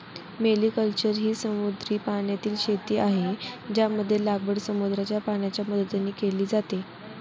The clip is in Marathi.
मेरीकल्चर ही समुद्री पाण्याची शेती आहे, ज्यामध्ये लागवड समुद्राच्या पाण्याच्या मदतीने केली जाते